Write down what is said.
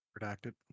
Redacted